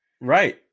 Right